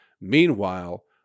Meanwhile